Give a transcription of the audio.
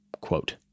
quote